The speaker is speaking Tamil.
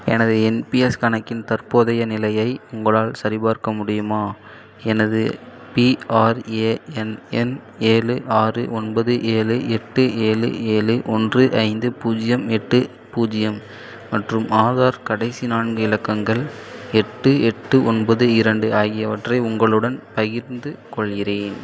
எனது என் பி எஸ் கணக்கின் தற்போதைய நிலையை உங்களால் சரிபார்க்க முடியுமா எனது பிஆர்ஏஎன் எண் ஏழு ஆறு ஒன்பது ஏழு எட்டு ஏழு ஏழு ஒன்று ஐந்து பூஜ்ஜியம் எட்டு பூஜ்ஜியம் மற்றும் ஆதார் கடைசி நான்கு இலக்கங்கள் எட்டு எட்டு ஒன்பது இரண்டு ஆகியவற்றை உங்களுடன் பகிர்ந்து கொள்கிறேன்